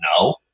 no